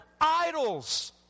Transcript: idols